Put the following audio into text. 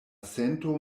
sento